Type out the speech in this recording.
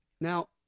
Now